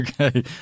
Okay